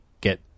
get